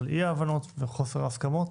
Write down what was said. על אי ההבנות וחוסר ההסכמות,